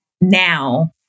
now